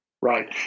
Right